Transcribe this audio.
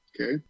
okay